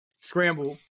scramble